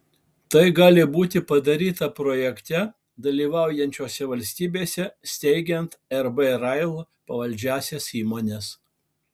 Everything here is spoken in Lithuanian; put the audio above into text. tai gali būti padaryta projekte dalyvaujančiose valstybėse steigiant rb rail pavaldžiąsias įmones